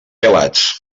pelats